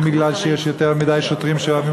אם מפני שיש יותר מדי שוטרים שאוהבים